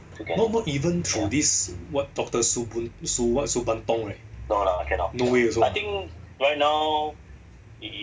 okay no~ not even through this what doctor soo boon what soo ban tong right